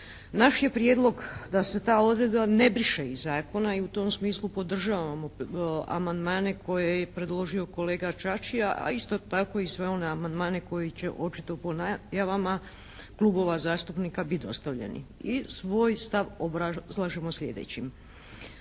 Naš je prijedlog da se ta odredba ne briše iz zakona i u tom smislu podržavamo amandmane koje je predložio kolega Čačija a isto tako i sve one amandmane koji će očito po najavama klubova zastupnika bit dostavljeni i svoj stav obrazlažemo sljedećim.